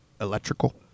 electrical